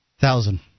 thousand